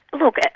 look,